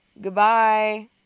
Goodbye